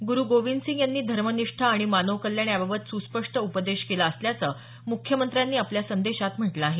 गुरु गोविंदसिंग यांनी धर्मनिष्ठा आणि मानव कल्याण याबाबत स्स्पष्ट उपदेश केला असल्याचं मुख्यमंत्र्यांनी आपल्या संदेशात म्हटलं आहे